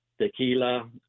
tequila